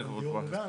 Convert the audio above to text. תמורה כספית.